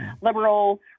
liberal